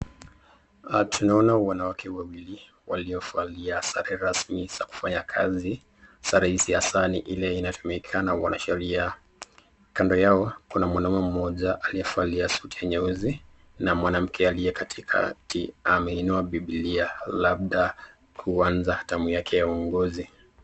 Tunaona .wanawake wawili wamelivalia sare rasmi za kufanya kazi ,sare hizi hasani ile inatumika na wanasheria, kando yao kuna mwanaume moja aliyevalia suti nyeuzi na mwanamke aliye katikati ameinua bibilia labda kuanza term yake ya uongozi.